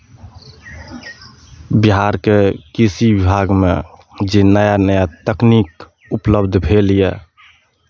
बिहारके कृषि विभागमे जे नया नया तकनीक उपलब्ध भेल यए